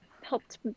helped